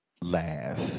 laugh